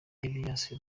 elias